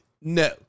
no